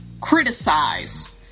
criticize